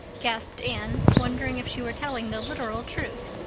gasped anne, wondering if she were telling the literal truth.